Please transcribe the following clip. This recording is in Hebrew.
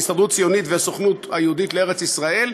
ההסתדרות הציונית והסוכנות היהודית לארץ-ישראל,